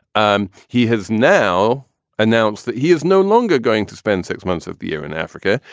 um he has now announced that he is no longer going to spend six months of the year in africa.